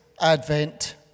Advent